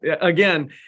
Again